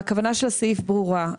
של הסעיף ברורה,